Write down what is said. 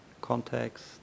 context